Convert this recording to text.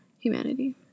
humanity